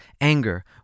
anger